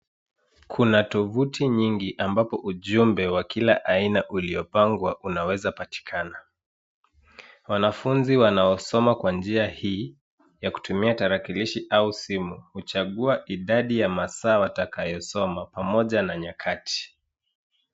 Kuna tovuti nyingi ambapo ujumbe wa kila aina uliopangwa unaweza patikana. Wanafunzi wanaosoma kwa njia hii ya kutumia tarakilishi au simu huchagua idadi ya masaa watakayosoma pamoja na nyakati.